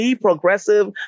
Progressive